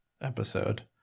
episode